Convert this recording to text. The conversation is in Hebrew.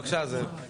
בבקשה, זאב.